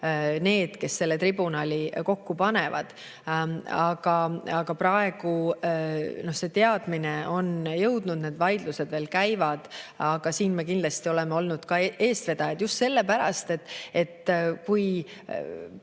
need, kes selle tribunali kokku panevad. Praegu see teadmine on nendeni jõudnud, need vaidlused käivad. Aga siin me kindlasti oleme ka olnud eestvedajad. Just sellepärast, et kui